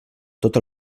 tot